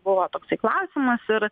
buvo toksai klausimas ir